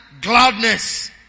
gladness